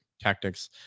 tactics